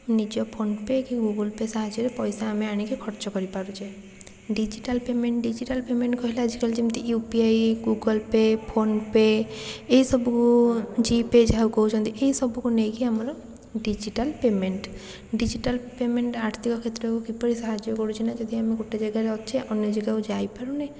ନିଜ ଫୋନ୍ ପେ' କି Google pay' ସାହାଯ୍ୟରେ ପାଇସା ଆମେ ଆଣିକି ଖର୍ଚ୍ଚ କରିପାରୁଛେ ଡିଜିଟାଲ୍ ପେମେଣ୍ଟ୍ ଡିଜିଟାଲ୍ ପେମେଣ୍ଟ୍ କହିଲେ ଆଜିକାଲି ଯେମିତି U P I Google pay' PhonePe' ଏଇସବୁ ଜିପ୍ ପେ' ଯାହାକୁ କହୁଛନ୍ତି ଏଇସବୁକୁ ନେଇକି ଆମର ଡିଜିଟାଲ୍ ପେମେଣ୍ଟ୍ ଡିଜିଟାଲ୍ ପେମେଣ୍ଟ୍ ଆର୍ଥିକ କ୍ଷେତ୍ରକୁ କିପରି ସାହାଯ୍ୟ କରୁଛି ନା ଯଦି ଆମେ ଗୋଟେ ଜାଗାରେ ଅଛେ ଅନ୍ୟ ଜାଗାକୁ ଯାଇପାରୁନେ